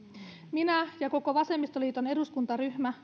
minä ja koko vasemmistoliiton eduskuntaryhmä